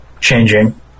changing